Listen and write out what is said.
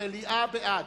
זה בעד.